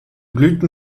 blüten